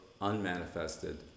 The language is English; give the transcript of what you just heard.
unmanifested